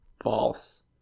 false